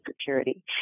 Security